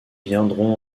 viendront